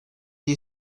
you